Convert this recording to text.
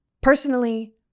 Personally